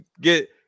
get